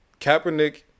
Kaepernick